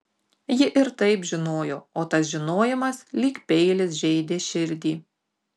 ji ir taip žinojo o tas žinojimas lyg peilis žeidė širdį